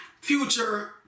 future